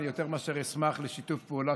אני יותר מאשר אשמח לשיתוף פעולה,